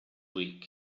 week